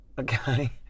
Okay